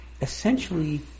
essentially